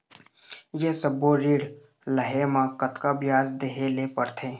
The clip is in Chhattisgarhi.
ये सब्बो ऋण लहे मा कतका ब्याज देहें ले पड़ते?